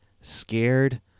scared